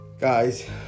Guys